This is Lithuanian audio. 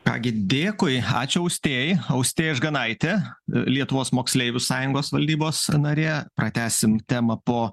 ką gi dėkui ačiū austėjai austėja ižganaitė lietuvos moksleivių sąjungos valdybos narė pratęsim temą po